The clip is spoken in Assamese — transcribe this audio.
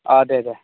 অ' দে দে